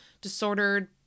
disordered